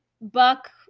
Buck